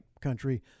country